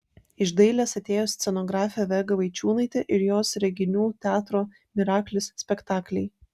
iš dailės atėjo scenografė vega vaičiūnaitė ir jos reginių teatro miraklis spektakliai